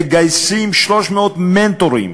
מגייסים 300 מנטורים